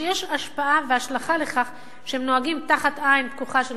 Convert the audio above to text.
יש השפעה והשלכה לכך שהם נוהגים תחת עין פקוחה של